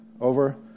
Over